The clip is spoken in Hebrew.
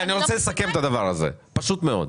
רגע, אני רוצה לסכם את הדבר הזה, פשוט מאוד.